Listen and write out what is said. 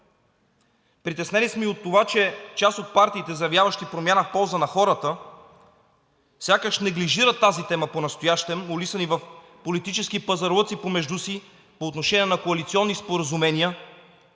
Притеснени сме и от това, че част от партиите, заявяващи промяна в полза на хората, сякаш неглижират тази тема понастоящем, улисани в политически пазарлъци помежду си по отношение на коалиционни споразумения